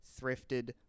thrifted